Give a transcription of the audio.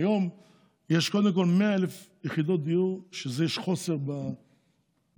היום יש קודם כול 100,000 יחידות דיור שזה חוסר בהיצע.